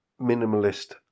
Minimalist